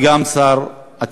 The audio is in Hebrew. ונזכרתי שהוא גם משמש כשר החוץ.